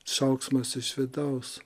šauksmas iš vidaus